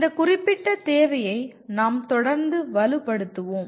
இந்த குறிப்பிட்ட தேவையை நாம் தொடர்ந்து வலுப்படுத்துவோம்